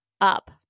up